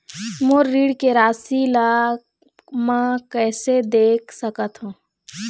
मोर ऋण के राशि ला म कैसे देख सकत हव?